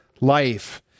life